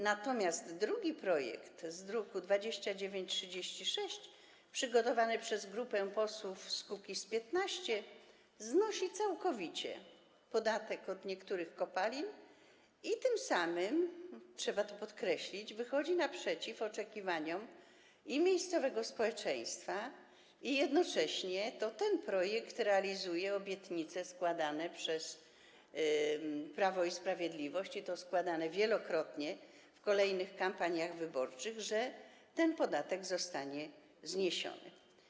Natomiast drugi projekt, z druku nr 2936, przygotowany przez grupę posłów z Kukiz’15, znosi całkowicie podatek od niektórych kopalin i tym samym, trzeba to podkreślić, wychodzi naprzeciw oczekiwaniom miejscowego społeczeństwa, a jednocześnie to ten projekt realizuje obietnice składane przez Prawo i Sprawiedliwość - i to składane wielokrotnie w kolejnych kampaniach wyborczych - że ten podatek zostanie zniesiony.